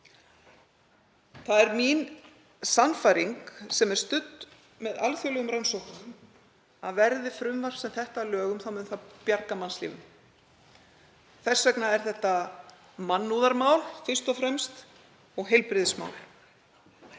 Það er mín sannfæring, sem er studd með alþjóðlegum rannsóknum, að verði frumvarp sem þetta að lögum muni það bjarga mannslífum. Þess vegna er þetta mannúðarmál fyrst og fremst og heilbrigðismál.